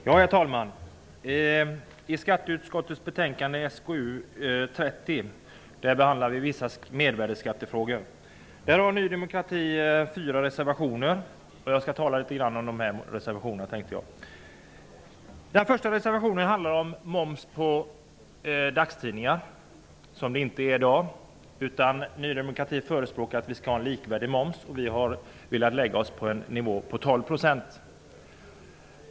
Herr talman! I skatteutskottets betänkande SkU30 behandlas vissa mervärdesskattefrågor. Till detta betänkande har Ny demokrati fogat fyra reservationer. Jag skall tala litet grand om dessa. Den första reservationen handlar om moms på dagstidningar. Det är inte moms på dagstidningar i dag. Ny demokrati förespråkar att momsen skall vara likvärdig. Vi har därför lagt oss på nivån 12 %.